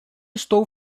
estou